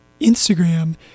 instagram